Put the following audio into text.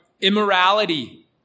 immorality